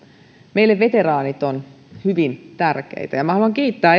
meille perussuomalaiselle puolueelle veteraanit ovat hyvin tärkeitä minä haluan kiittää